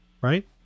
right